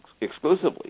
exclusively